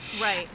Right